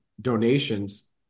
donations